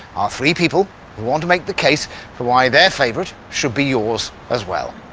are three people who want to make the case for why their favourite should be yours as well.